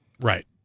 Right